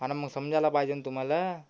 आणि मग समजायला पाहिजे ना तुम्हाला